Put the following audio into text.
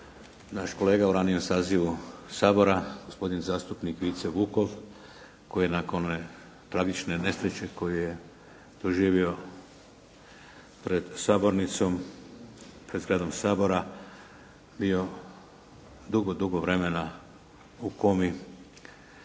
naš kolega u ranijem sazivu Sabora gospodin zastupnik Vice Vukov koji je nakon tragične nesreće koju je doživio pred sabornicom, pred zgradom Sabora bio dugo, dugo vremena u komi.